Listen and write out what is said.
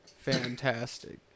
Fantastic